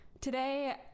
today